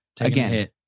again